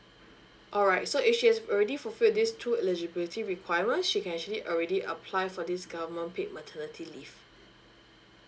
alright so if she's already fulfilled these two eligibility requirement she can actually already apply for this government paid maternity leave